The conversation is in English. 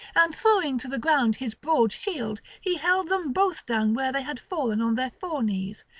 and throwing to the ground his broad shield, he held them both down where they had fallen on their fore-knees,